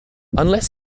unless